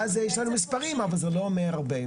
ואז יש לנו מספרים אבל זה לא אומר הרבה.